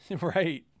right